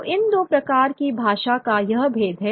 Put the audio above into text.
तो इन दो प्रकार की भाषा का यह भेद है